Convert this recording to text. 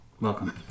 Welcome